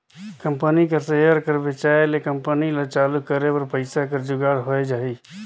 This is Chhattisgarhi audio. कंपनी कर सेयर कर बेंचाए ले कंपनी ल चालू करे बर पइसा कर जुगाड़ होए जाही